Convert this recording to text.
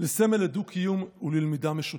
לסמל לדו קיום וללמידה משותפת.